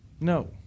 No